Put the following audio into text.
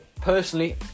Personally